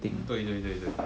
对对对对